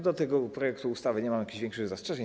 Do tego projektu ustawy nie mam jakichś większych zastrzeżeń.